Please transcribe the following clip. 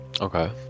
Okay